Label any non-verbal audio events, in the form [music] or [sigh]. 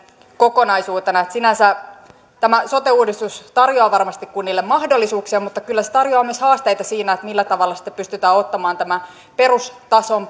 kokonaisuutena sinänsä tämä sote uudistus tarjoaa varmasti kunnille mahdollisuuksia mutta kyllä se tarjoaa myös haasteita siinä millä tavalla sitten pystytään ottamaan tämä perustason [unintelligible]